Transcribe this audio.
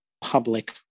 public